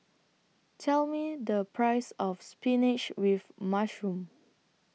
Tell Me The Price of Spinach with Mushroom